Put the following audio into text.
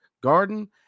Garden